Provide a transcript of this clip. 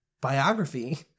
biography